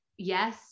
yes